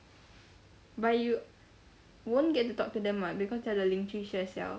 but you won't get to talk to them [what] because they are the 邻居学校